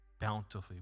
bountifully